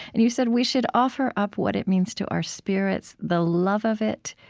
and you said, we should offer up what it means to our spirits the love of it.